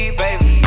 baby